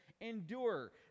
endure